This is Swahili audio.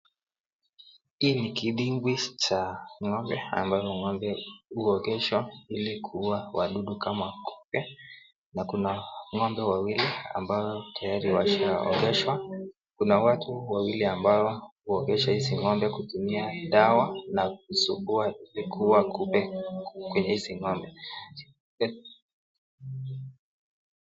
Hii ni kidimbwi cha ng'ombe ambayo ng'ombe huogeshwa ili kuua wadudu kama kupe na kuna ng'ombe wawili ambao tayari washaogeshwa, kuna watu wawili ambao huogesha hizi ng'ombe kutumia dawa na kusugua illi kuua kupe kwenye hizi ng'ombe.